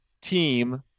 team